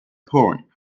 horn